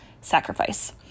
sacrifice